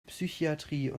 psychiatrie